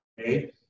okay